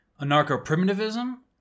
Anarcho-primitivism